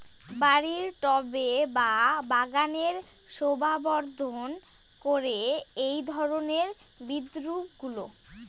বাড়ির টবে বা বাগানের শোভাবর্ধন করে এই ধরণের বিরুৎগুলো